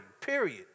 period